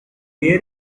hear